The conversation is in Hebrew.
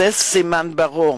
זה סימן ברור,